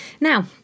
Now